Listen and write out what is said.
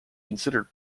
considered